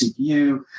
CPU